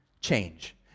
change